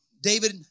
David